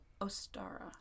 Ostara